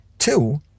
Two